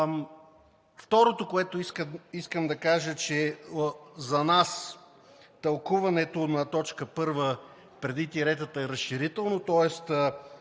Второто, което искам да кажа, е, че за нас тълкуването на т. 1 преди тиретата е разширително, тоест